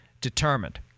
determined